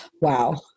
Wow